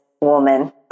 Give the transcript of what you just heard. woman